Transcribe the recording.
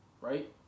Right